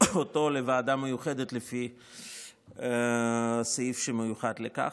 אותו לוועדה מיוחדת לפי הסעיף שמיוחד לכך.